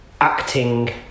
acting